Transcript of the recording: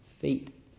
fate